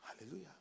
Hallelujah